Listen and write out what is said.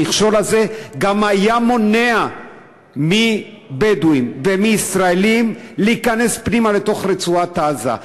המכשול הזה גם היה מונע מבדואים ומישראלים להיכנס פנימה לתוך רצועת-עזה.